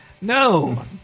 No